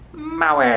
maui!